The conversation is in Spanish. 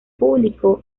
público